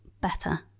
better